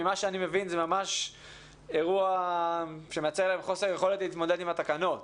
ממה שאני מבין זה ממש אירוע שמייצר להם חוסר יכולת להתמודד עם התקנות.